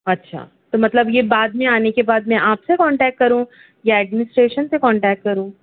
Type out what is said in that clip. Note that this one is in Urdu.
اچھا تو مطلب یہ بعد میں آنے کے بعد میں آپ سے کنٹیکٹ کروں یا ایڈمسٹریشن سے کنٹیکٹ کروں